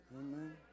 Amen